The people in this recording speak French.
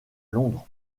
londres